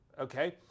okay